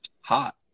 hot